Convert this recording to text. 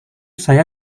saya